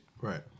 Right